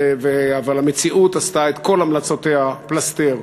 אבל המציאות עשתה את כל המלצותיה פלסתר.